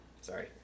sorry